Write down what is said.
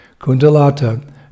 Kundalata